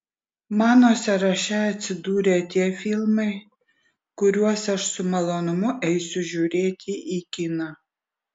mano sąraše atsidūrė tie filmai kuriuos aš su malonumu eisiu žiūrėti į kiną